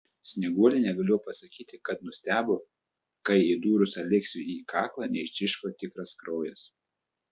snieguolė negalėjo pasakyti kad nustebo kai įdūrus aleksiui į kaklą neištryško tikras kraujas